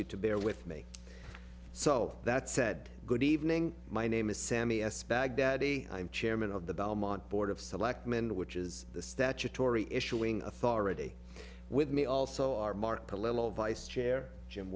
you to bear with me so that said good evening my name is sammy s baghdadi i'm chairman of the belmont board of selectmen which is the statutory issuing authority with me also our mark palermo vice chair jim